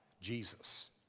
Jesus